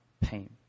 pain